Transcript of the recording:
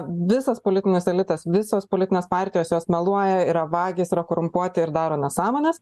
visas politinis elitas visos politinės partijos jos meluoja yra vagys yra korumpuoti ir daro nesąmones